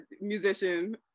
musician